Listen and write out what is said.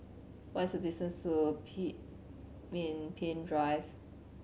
what is the distance to Pemimpin Drive